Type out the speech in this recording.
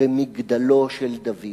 במגדלו של דוד".